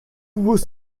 was